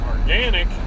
organic